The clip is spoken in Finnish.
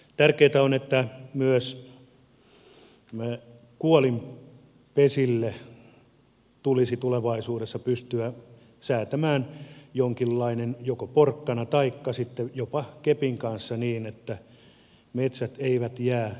tärkeätä on että myös kuolinpesille tulisi tulevaisuudessa pystyä säätämään joko jonkinlainen porkkana taikka sitten jopa keppi niin että metsät eivät jää hunningolle